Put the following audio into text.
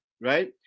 Right